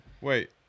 Wait